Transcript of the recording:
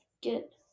Get